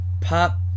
Pop